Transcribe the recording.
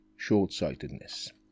short-sightedness